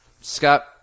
Scott